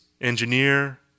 engineer